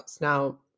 Now